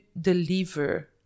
deliver